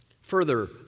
further